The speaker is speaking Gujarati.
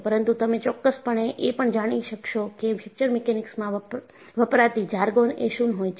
પરંતુ તમે ચોક્કસપણે એ જાણી શકશો કે ફ્રેક્ચર મીકેનીક્સ માં વપરાતી જાર્ગોન એ શું હોય છે